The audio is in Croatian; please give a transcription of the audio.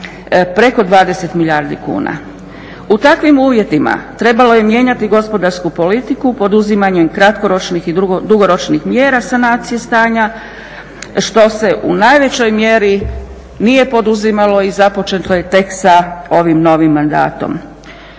preko 20 milijardi kuna. U takvim uvjetima trebalo je mijenjati gospodarsku politiku poduzimanjem kratkoročnih i dugoročnih mjera sanacije stanja, što se u najvećoj mjeri nije poduzimalo i započeto je tek sa ovim novim mandatom.